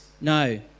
no